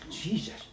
Jesus